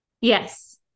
yes